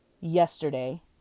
yesterday